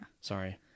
Sorry